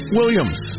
Williams